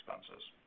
expenses